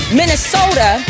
minnesota